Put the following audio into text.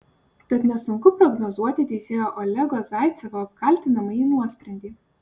tad nesunku prognozuoti teisėjo olego zaicevo apkaltinamąjį nuosprendį